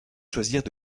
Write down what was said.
choisirent